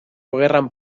gerran